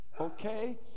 okay